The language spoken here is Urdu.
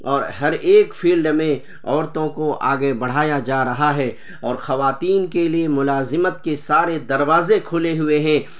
اور ہر ایک فیلڈ میں عورتوں کو آگے بڑھایا جا رہا ہے اور خواتین کے لیے ملازمت کے سارے دروازے کھلے ہوئے ہیں